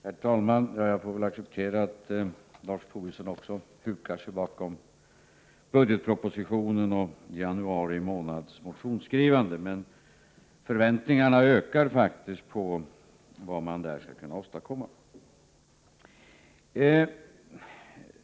Herr talman! Jag får väl acceptera att också Lars Tobisson hukar sig bakom 17 december 1987 budgetpropositionen och januari månads motionsskrivningar. Men förvänt= = Tmam bom. mr or ningarna ökar faktiskt på vad man skall kunna åstadkomma.